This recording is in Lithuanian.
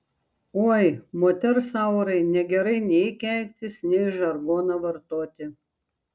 oi moters aurai negerai nei keiktis nei žargoną vartoti